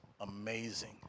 amazing